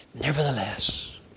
nevertheless